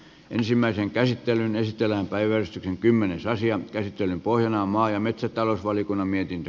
ensimmäisen käsittelyn esitellään päiväys on kymmenes asian käsittelyn pohjana on maa ja metsätalousvaliokunnan mietintö